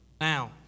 Now